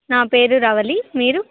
నా పేరు రవళి మీరు